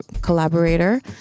collaborator